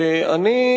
ואני,